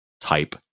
type